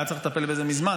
היה צריך לטפל בזה מזמן.